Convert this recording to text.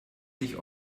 sich